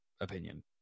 opinion